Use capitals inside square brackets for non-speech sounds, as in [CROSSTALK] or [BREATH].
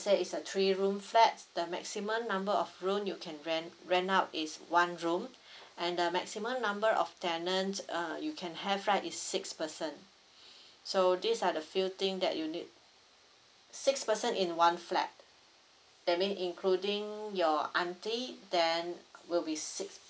say it's a three room flat the maximum number of room you can rent rent out is one room [BREATH] and the maximum number of tenant uh you can have right is six person [BREATH] so these are the few thing that you need six person in one flat that mean including your auntie then will be six